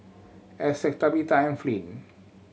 Essex Tabetha and Flint